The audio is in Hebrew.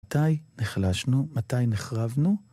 מתי נחלשנו? מתי נחרבנו?